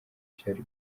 cyari